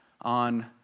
on